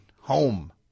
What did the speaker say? home